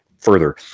further